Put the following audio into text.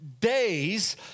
days